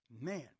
Man